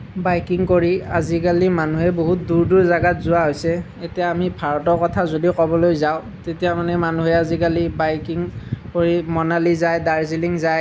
biking কৰি আজিকালি মানুহে বহুত দূৰ দূৰ জেগাত যোৱা হৈছে এতিয়া আমি ভাৰতৰ কথা যদি ক'বলৈ যাওঁ তেতিয়া মানে মানুহে আজিকালি বাইকিং কৰি মানালী যায় দাৰ্জিলিং যায়